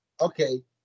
okay